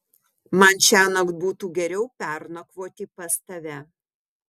man šiąnakt būtų geriau pernakvoti pas tave